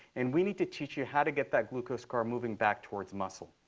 and we need to teach you how to get that glucose car moving back towards muscle.